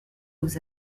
aux